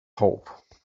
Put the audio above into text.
hope